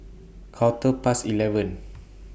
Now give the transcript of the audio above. Quarter Past eleven